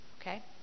okay